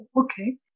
Okay